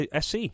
Sc